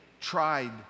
tried